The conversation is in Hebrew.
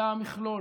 על המכלול.